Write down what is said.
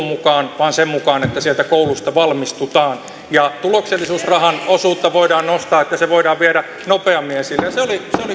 mukaan vaan sen mukaan että sieltä koulusta valmistutaan ja tuloksellisuusrahan osuutta voidaan nostaa että se voidaan viedä nopeammin eteenpäin se oli